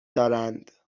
دارند